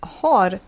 har